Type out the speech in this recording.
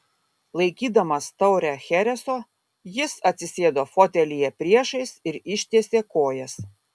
laikydamas taurę chereso jis atsisėdo fotelyje priešais ir ištiesė kojas